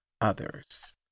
others